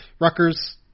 Rutgers